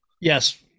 yes